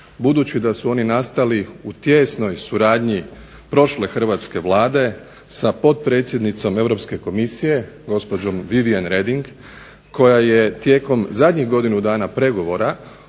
Budući da su oni nastali u tijesnoj suradnji prošle hrvatske Vlade sa potpredsjednicom Europske komisije gospođom Vivian Reading koja je tijekom zadnjih godinu dana pregovora